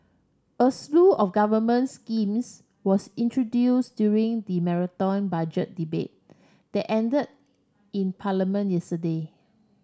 a slew of government schemes was introduce during the Marathon Budget Debate that ended in Parliament yesterday